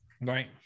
Right